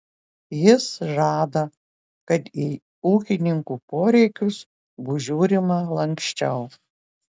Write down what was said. jis žada kad į ūkininkų poreikius bus žiūrima lanksčiau